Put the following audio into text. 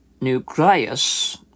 nucleus